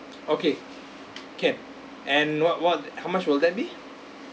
okay can and what what how much will that be